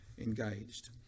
engaged